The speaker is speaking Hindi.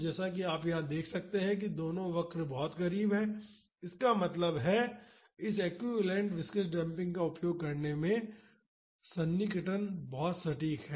तो जैसा कि आप यहां देख सकते हैं कि दोनों वक्र बहुत करीब हैं इसका मतलब है कि इस एक्विवैलेन्ट विस्कॉस डेम्पिंग का उपयोग करने में सन्निकटन बहुत सटीक है